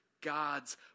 God's